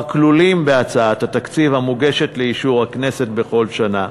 כלולים בהצעת התקציב המוגשת לאישור הכנסת בכל שנה,